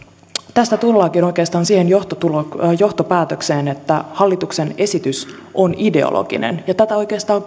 tästä tullaankin oikeastaan siihen johtopäätökseen että hallituksen esitys on ideologinen ja tätä oikeastaan